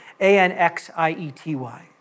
A-N-X-I-E-T-Y